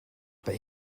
but